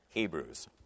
Hebrews